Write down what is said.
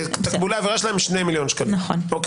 תקבולי העבירה שלהם 2 מיליון שקלים שניהם.